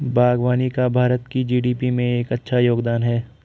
बागवानी का भारत की जी.डी.पी में एक अच्छा योगदान है